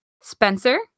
Spencer